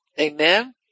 Amen